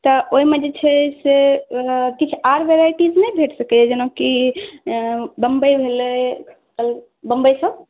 तऽ ओहिमे जे छै से किछु आर वेराइटी किछु नहि भेट सकैया जेनाकि बम्बई भेलै बम्बइ सभ